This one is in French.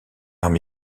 arme